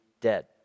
dead